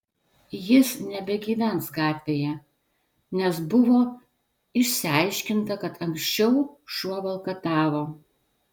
jis nebegyvens gatvėje nes buvo išsiaiškinta kad anksčiau šuo valkatavo